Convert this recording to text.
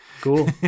cool